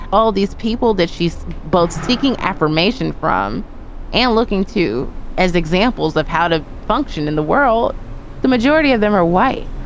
all these people that she's both seeking affirmation from and looking to as examples of how to function in the world the majority of them are white.